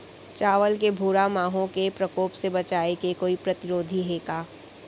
चांवल के भूरा माहो के प्रकोप से बचाये के कोई प्रतिरोधी हे का?